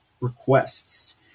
requests